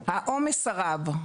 העומס הרב,